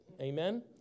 Amen